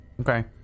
Okay